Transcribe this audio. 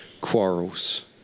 quarrels